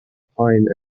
pine